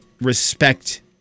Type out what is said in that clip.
respect